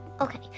Okay